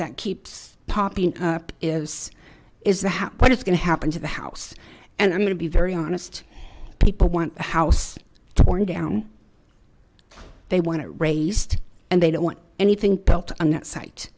that keeps popping up is is that what it's going to happen to the house and i'm gonna be very honest people want the house torn down they want it raised and they don't want anything built on that site